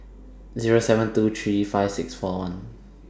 Zero seven two six two three five six four one